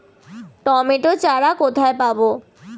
Tomato চারা কোথায় পাবো?